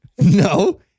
no